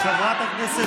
חבר הכנסת